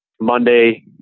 Monday